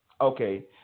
Okay